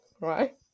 right